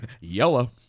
Yellow